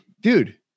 dude